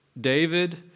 David